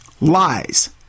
Lies